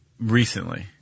recently